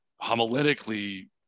homiletically